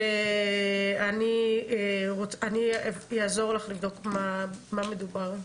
ואני אעזור לך לבדוק במה מדובר.